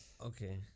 Okay